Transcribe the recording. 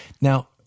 Now